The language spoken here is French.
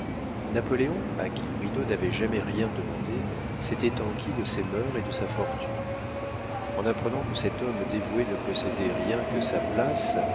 napoléon à qui bridau n'avait jamais rien demandé s'était enquis de ses mœurs et de sa fortune en apprenant que cet homme dévoué ne possédait rien que sa place